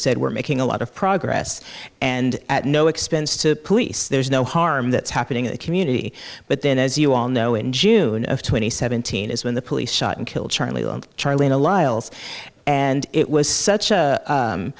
said we're making a lot of progress and at no expense to police there's no harm that's happening in the community but then as you all know in june of twenty seventeen is when the police shot and killed charlie charlie in a liles and it was such a